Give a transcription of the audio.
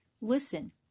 Listen